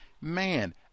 Man